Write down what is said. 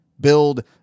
Build